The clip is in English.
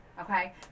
Okay